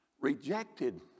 Rejected